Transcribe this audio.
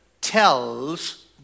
tells